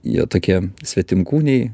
jie tokie svetimkūniai